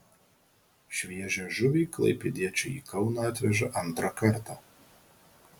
šviežią žuvį klaipėdiečiai į kauną atveža antrą kartą